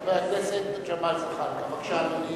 חבר הכנסת ג'מאל זחאלקה, בבקשה, אדוני.